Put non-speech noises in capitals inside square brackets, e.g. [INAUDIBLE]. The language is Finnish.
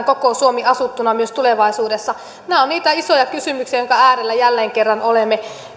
[UNINTELLIGIBLE] koko suomen asuttuna myös tulevaisuudessa nämä ovat niitä isoja kysymyksiä joiden äärellä jälleen kerran olemme